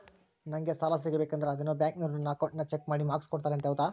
ನಂಗೆ ಸಾಲ ಸಿಗಬೇಕಂದರ ಅದೇನೋ ಬ್ಯಾಂಕನವರು ನನ್ನ ಅಕೌಂಟನ್ನ ಚೆಕ್ ಮಾಡಿ ಮಾರ್ಕ್ಸ್ ಕೋಡ್ತಾರಂತೆ ಹೌದಾ?